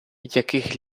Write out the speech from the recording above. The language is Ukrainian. яких